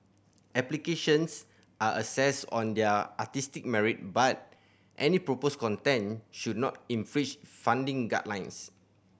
applications are assessed on their artistic merit but any proposed content should not infringe funding guidelines